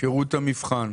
שירות המבחן.